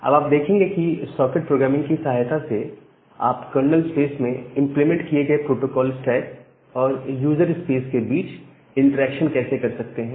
अब आप देखेंगे कि सॉकेट प्रोग्रामिंग की सहायता से आप कर्नल स्पेस में इंप्लीमेंट किए गए प्रोटोकोल स्टैक और यूजर स्पेस के बीच में इंटरेक्शन कैसे कर सकते हैं